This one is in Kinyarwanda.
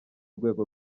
rwego